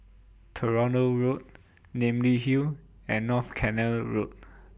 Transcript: Toronto Road Namly Hill and North Canal Road